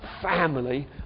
family